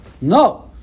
No